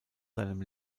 seinem